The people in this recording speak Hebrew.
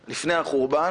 החורבן,